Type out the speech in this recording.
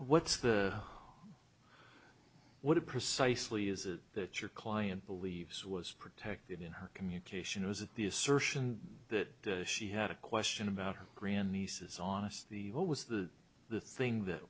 what's the what precisely is it that your client believes was protected in her communication or was it the assertion that she had a question about her grand nieces on us the what was the the thing that